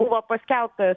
buvo paskelbtas